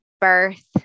birth